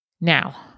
Now